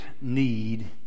need